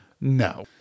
no